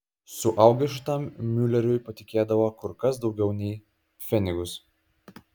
suaugę šitam miuleriui patikėdavo kur kas daugiau nei pfenigus